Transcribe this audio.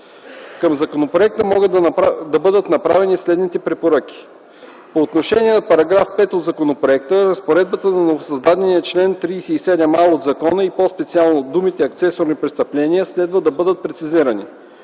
Към законопроекта могат да бъдат направени следните препоръки: 1. По отношение на § 5 от законопроекта, разпоредбата на новосъздадения чл. 37а от закона и по-специално думите „акцесорни престъпления”, следва да бъдат прецизирани.